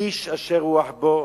איש אשר רוח בו,